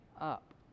up